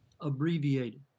abbreviated